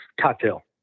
Cocktail